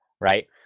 right